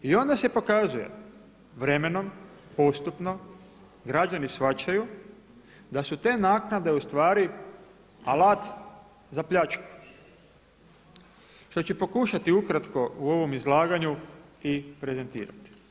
I onda se pokazuje vremenom postupno građani shvaćaju da su te naknade u stvari alat za pljačku što ću pokušati ukratko u ovom izlaganju i prezentirati.